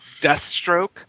Deathstroke